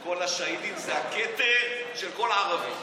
שכל השהידים זה הכתר של כל הערבים.